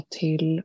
till